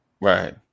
Right